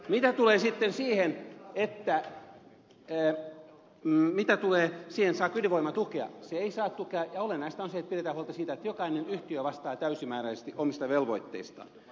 mitä tulee siihen saako ydinvoima tukea se ei saa tukea ja olennaista on se että pidetään huolta siitä että jokainen yhtiö vastaa täysimääräisesti omista velvoitteistaan